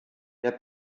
der